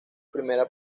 primera